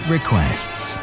Requests